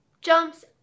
jumps